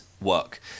work